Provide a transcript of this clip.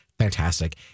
fantastic